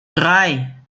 drei